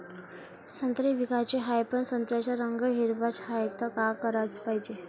संत्रे विकाचे हाये, पन संत्र्याचा रंग हिरवाच हाये, त का कराच पायजे?